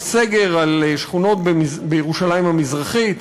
יש סגר על שכונות בירושלים המזרחית,